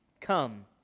Come